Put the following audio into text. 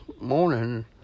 morning